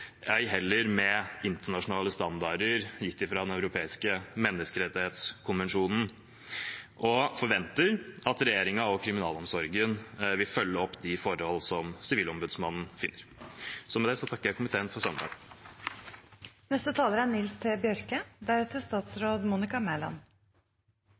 ei heller med internasjonale standarder gitt fra Den europeiske menneskerettskonvensjon, og vi forventer at regjeringen og kriminalomsorgen vil følge opp de forhold som Sivilombudsmannen finner. Med det takker jeg komiteen for